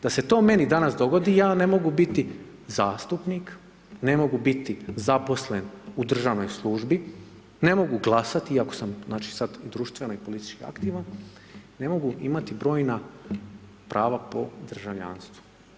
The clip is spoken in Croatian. Da se to meni danas dogodi ja ne mogu biti zastupnik, ne mogu biti zaposlen u državnoj službi, ne mogu glasati iako sam znači sad društveno i politički aktivan, ne mogu imati brojna prava po državljanstvu.